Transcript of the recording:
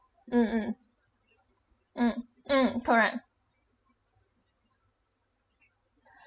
mm mm mm mm correct